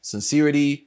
Sincerity